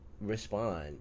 respond